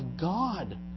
God